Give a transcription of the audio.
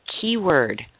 keyword